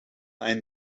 ein